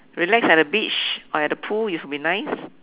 relax at the beach or at the pool you should be nice